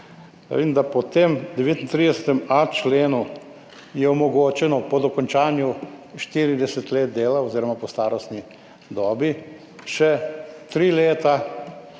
da je po tem 39.a členu omogočeno po dokončanju 40 let dela oziroma po starostni dobi še tri leta,